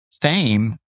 fame